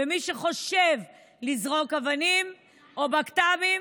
ומי שחושב לזרוק אבנים או בק"תבים,